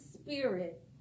spirit